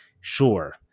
Sure